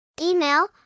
Email